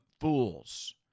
fools